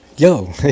Yo